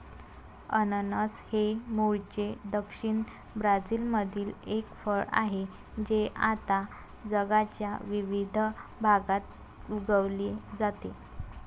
अननस हे मूळचे दक्षिण ब्राझीलमधील एक फळ आहे जे आता जगाच्या विविध भागात उगविले जाते